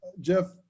Jeff